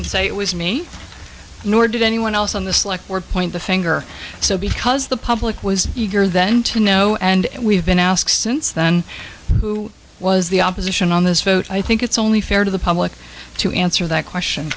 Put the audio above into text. i say it was me nor did anyone else on the select or point the finger so because the public was eager then to know and we've been asked since then who was the opposition on this vote i think it's only fair to the public to answer that question